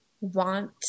want